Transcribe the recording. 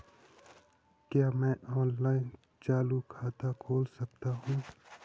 क्या मैं ऑनलाइन चालू खाता खोल सकता हूँ?